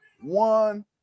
One